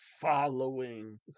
following